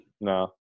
No